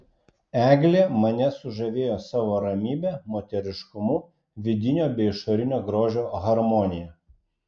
eglė mane sužavėjo savo ramybe moteriškumu vidinio bei išorinio grožio harmonija